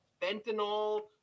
fentanyl